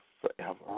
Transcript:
forever